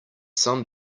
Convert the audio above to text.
some